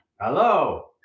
hello